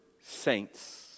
saints